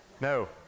No